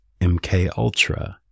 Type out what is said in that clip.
MKUltra